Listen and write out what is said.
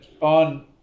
on